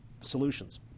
solutions